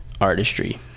artistry